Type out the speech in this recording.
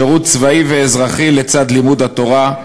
שירות צבאי ואזרחי לצד לימוד התורה,